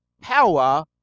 power